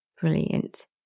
Brilliant